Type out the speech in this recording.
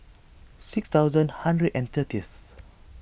six thousand a hundred and thirtieth